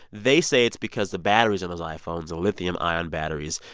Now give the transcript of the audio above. they say it's because the batteries of those iphones are lithium-ion batteries.